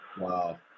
Wow